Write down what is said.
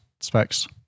specs